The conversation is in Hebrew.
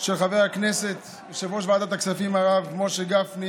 של חברי הכנסת, יושב-ראש ועדת הכספים הרב משה גפני